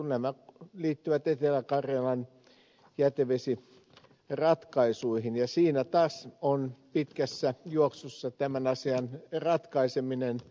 nämä liittyvät etelä karjalan jätevesiratkaisuihin ja siinä taas on pitkässä juoksussa tämän asian ratkaiseminen